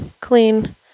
clean